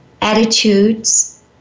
attitudes